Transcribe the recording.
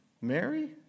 Mary